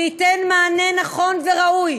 וייתן מענה נכון וראוי